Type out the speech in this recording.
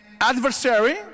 adversary